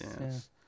Yes